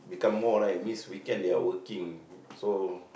become more right means weekend they are working so